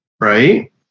right